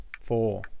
Four